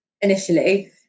initially